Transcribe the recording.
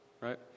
right